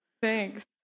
thanks